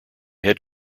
head